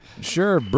Sure